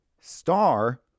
Star